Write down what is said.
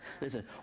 Listen